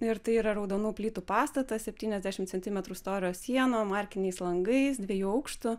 ir tai yra raudonų plytų pastatas septyniasdešim centimetrų storio sienom arkiniais langais dviejų aukštų